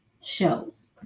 shows